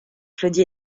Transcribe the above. claudie